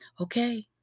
Okay